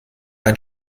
ein